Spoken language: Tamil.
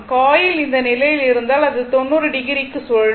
காயில் இந்த நிலையில் இருந்தால் அது 90 டிகிரிக்கு சுழலும்